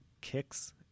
kicks